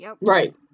right